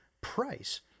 price